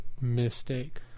mistake